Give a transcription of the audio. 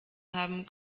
haben